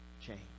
change